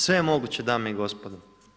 Sve je moguće, dame i gospodo.